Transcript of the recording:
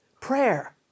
prayer